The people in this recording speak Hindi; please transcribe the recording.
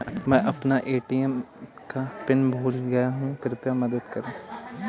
मै अपना ए.टी.एम का पिन भूल गया कृपया मदद करें